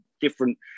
different